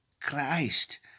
Christ